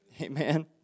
Amen